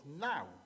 now